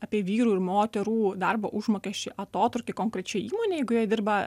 apie vyrų ir moterų darbo užmokesčio atotrūkį konkrečioj įmonėj jeigu joje dirba